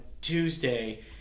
Tuesday